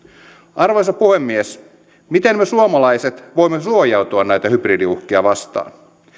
arvoisa puhemies miten me suomalaiset voimme suojautua näitä hybridiuhkia vastaan